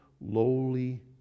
lowly